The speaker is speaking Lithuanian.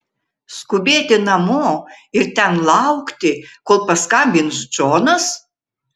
skubėti namo ir ten laukti kol paskambins džonas